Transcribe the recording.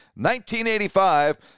1985